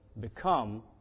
become